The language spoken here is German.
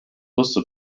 busse